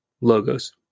logos